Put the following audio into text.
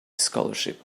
scholarship